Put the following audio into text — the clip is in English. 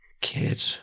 Kid